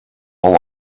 whole